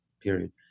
period